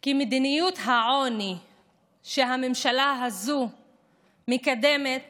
כי מדיניות העוני שהממשלה הזו מקדמת